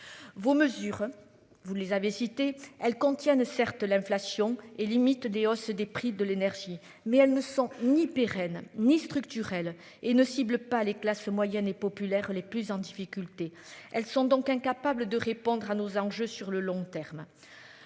Vos mesures, vous les avez cités, elles contiennent certes l'inflation et limite des hausses des prix de l'énergie mais elles ne sont ni pérennes ni structurel et ne cible pas les classes moyennes et populaires, les plus en difficulté. Elles sont donc incapables de répondre à nos enjeux sur le long terme.